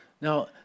Now